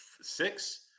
six